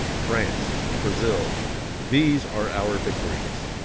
france, brazil these are our victories.